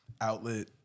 outlet